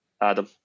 Adam